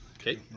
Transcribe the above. Okay